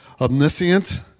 omniscient